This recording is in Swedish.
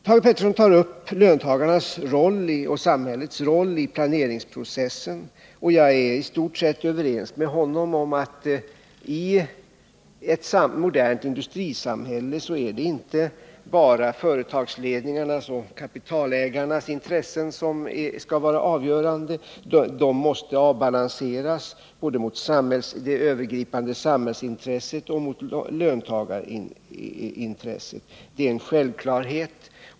Thage Peterson tar upp löntagarnas och samhällets roll i planeringsprocessen. Jag är i stort sett överens med honom om att det i ett modernt industrisamhälle inte bara är företagsledningarnas och kapitalägarnas intressen som skall vara avgörande; de måste avbalanseras både mot det övergripande samhällsintresset och mot löntagarintresset. Det är en självklarhet.